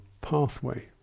Pathway